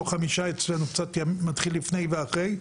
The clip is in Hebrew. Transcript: לא חמישה, אצלנו מתחיל לפני ואחרי.